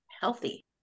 healthy